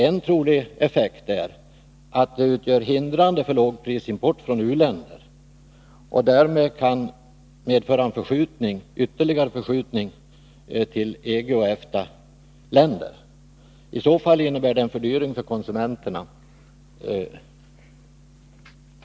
En trolig effekt är att det kommer att verka hindrande för lågprisimport från u-länder och därmed kan medföra en ytterligare förskjutning till EG och EFTA-länder. I så fall innebär det en fördyring för konsumenterna.